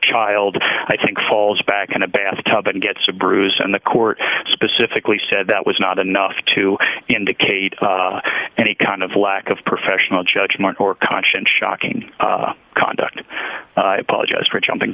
child i think falls back in a bath tub and gets a bruise and the court specifically said that was not enough to indicate any kind of lack of professional judgment or conscience shocking conduct apologize for jumping